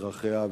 צרכיה,